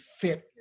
fit